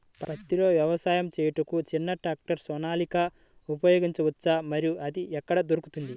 పత్తిలో వ్యవసాయము చేయుటకు చిన్న ట్రాక్టర్ సోనాలిక ఉపయోగించవచ్చా మరియు అది ఎక్కడ దొరుకుతుంది?